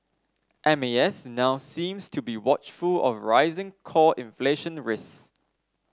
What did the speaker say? M A S now seems to be watchful of rising core inflation risks